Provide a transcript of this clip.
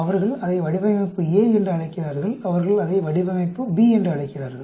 அவர்கள் அதை வடிவமைப்பு A என்று அழைக்கிறார்கள் அவர்கள் அதை வடிவமைப்பு B என்று அழைக்கிறார்கள்